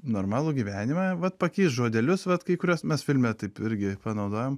normalų gyvenimą vat pakeisk žodelius vat kai kuriuos mes filme taip irgi panaudojom